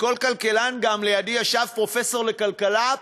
לידי ישב פרופסור לכלכלה,